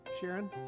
Sharon